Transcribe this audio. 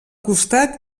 costat